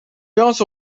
also